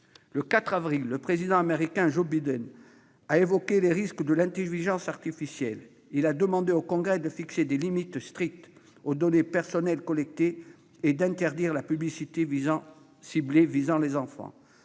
Le 4 avril dernier, le président Joe Biden a évoqué les risques liés à l'intelligence artificielle et a demandé au Congrès de fixer des « limites strictes » aux données personnelles collectées et d'interdire la publicité ciblée visant les enfants.